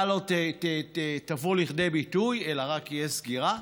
לא תבוא לידי ביטוי אלא רק תהיה סגירה.